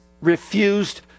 refused